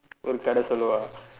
ஒரு கதை சொல்லவா:oru kathai sollavaa